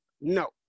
no